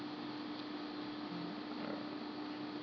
err